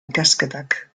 ikasketak